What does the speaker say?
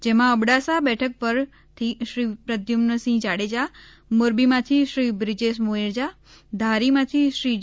જેમાં અબડાસા બેઠક પરથી શ્રી પ્રદ્યુમનસિંહ જાડેજા મોરબીમાંથી શ્રી બ્રિજેશ મેરજા ધારીમાંથી શ્રી જે